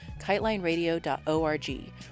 KiteLineRadio.org